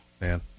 man